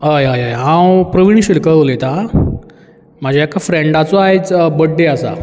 हय hi hi हांव प्रवीण शिलकर उलयतां म्हाज्या एका फ्रेंडाचो आयज बड्डे आसा